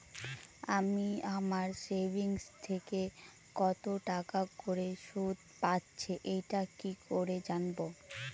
আমি আমার সেভিংস থেকে কতটাকা করে সুদ পাচ্ছি এটা কি করে জানব?